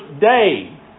day